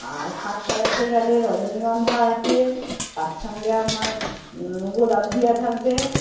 আর খাট সাজাতে গেলে রজনীগন্ধা আসে তার সঙ্গে আমার গোলাপ দেওয়া থাকবে